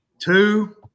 Two